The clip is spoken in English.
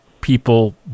people